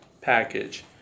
package